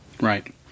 Right